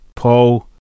Paul